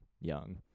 young